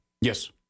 Yes